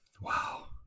Wow